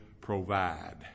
provide